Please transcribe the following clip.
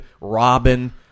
Robin